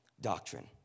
doctrine